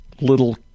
little